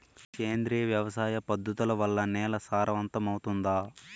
సేంద్రియ వ్యవసాయ పద్ధతుల వల్ల, నేల సారవంతమౌతుందా?